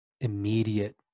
immediate